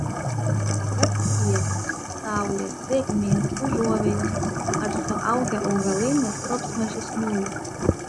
ar pakaks vietos saulės drėgmės užuovėjos ar suaugę augalai nestelbs mažesniųjų